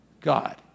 God